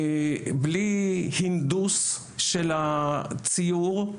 בלי הינדוס של הציור,